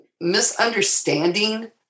misunderstanding